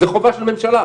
זו חובתה של ממשלה.